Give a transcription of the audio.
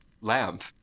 lamp